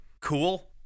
cool